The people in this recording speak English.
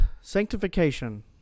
sanctification